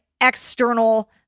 external